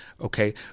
okay